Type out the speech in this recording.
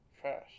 Trash